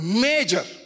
major